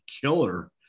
killer